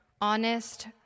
honest